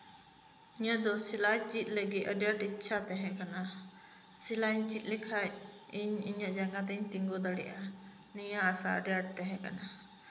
ᱤᱧᱟᱹᱜ ᱫᱚ ᱥᱤᱞᱟᱹᱭ ᱪᱮᱫ ᱞᱟᱹᱜᱤᱫ ᱟᱹᱰᱤ ᱟᱸᱴ ᱤᱪᱪᱷᱟᱹ ᱛᱟᱦᱮᱸ ᱠᱟᱱᱟ ᱥᱤᱞᱟᱹᱭ ᱤᱧ ᱪᱮᱫ ᱞᱮᱠᱷᱟᱡ ᱤᱧ ᱤᱧᱟᱹᱜ ᱡᱟᱸᱜᱟ ᱛᱤᱧ ᱛᱤᱜᱩ ᱫᱟᱲᱮᱭᱟᱜᱼᱟ ᱱᱤᱭᱟᱹ ᱟᱥᱟ ᱟᱹᱰᱤ ᱟᱸᱴ ᱛᱟᱦᱮᱸ ᱠᱟᱱᱟ